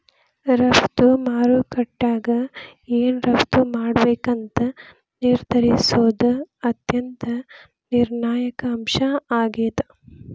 ರಫ್ತು ಮಾರುಕಟ್ಯಾಗ ಏನ್ ರಫ್ತ್ ಮಾಡ್ಬೇಕಂತ ನಿರ್ಧರಿಸೋದ್ ಅತ್ಯಂತ ನಿರ್ಣಾಯಕ ಅಂಶ ಆಗೇದ